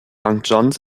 john’s